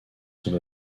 sont